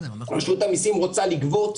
רשות המיסים רוצה לגבות,